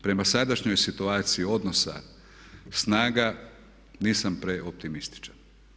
Prema sadašnjoj situaciji odnosa snaga nisam preoptimističan.